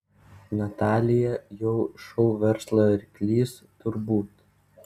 natalija jau šou verslo ryklys turbūt